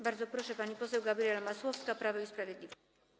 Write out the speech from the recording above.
Bardzo proszę, pani poseł Gabriela Masłowska, Prawo i Sprawiedliwość.